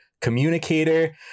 communicator